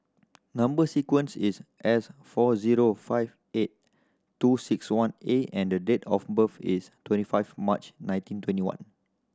number sequence is S four zero five eight two six one A and the the date of birth is twenty five March nineteen twenty one